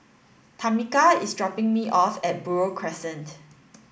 Tamica is dropping me off at Buroh Crescent